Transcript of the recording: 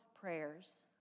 prayers